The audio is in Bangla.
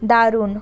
দারুণ